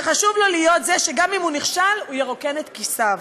שחשוב לו להיות זה שגם אם הוא נכשל הוא ירוקן את כיסיו.